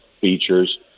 features